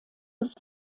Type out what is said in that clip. des